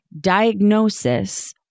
diagnosis